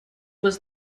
was